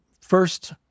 first